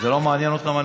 זה לא מעניין אותך?